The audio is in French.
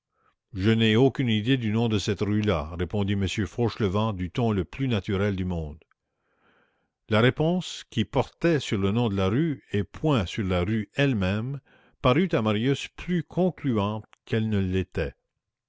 je n'ai aucune idée du nom de cette rue là répondit m fauchelevent du ton le plus naturel du monde la réponse qui portait sur le nom de la rue et point sur la rue elle-même parut à marius plus concluante qu'elle ne l'était